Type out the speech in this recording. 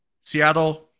Seattle